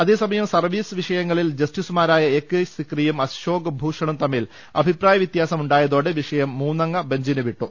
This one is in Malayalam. അതേയസമയം സർവീസ് വിഷയങ്ങളിൽ ജസ്റ്റിസുമാരായ എ കെ സിക്രിയും അശോക് ഭൂഷണും തമ്മിൽ അഭിപ്രായ വൃത്യാസം ഉണ്ടായതോടെ വിഷയം മൂന്നംഗ ബഞ്ചിന് വിട്ടു